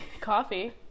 Coffee